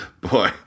Boy